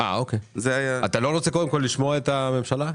אתה לא רוצה קודם לשמוע את הממשלה?